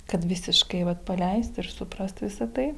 kad visiškai vat paleist ir suprast visa tai